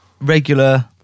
regular